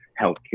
healthcare